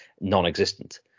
non-existent